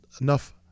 enough